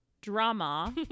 drama